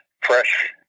fresh